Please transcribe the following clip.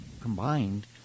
combined